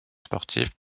sportif